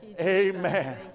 Amen